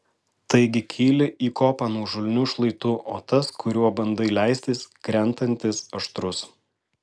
taigi kyli į kopą nuožulniu šlaitu o tas kuriuo bandai leistis krentantis aštrus